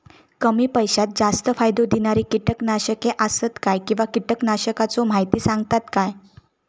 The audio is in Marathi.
कमी पैशात जास्त फायदो दिणारी किटकनाशके आसत काय किंवा कीटकनाशकाचो माहिती सांगतात काय?